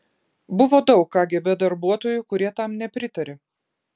buvo daug kgb darbuotojų kurie tam nepritarė